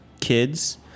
kids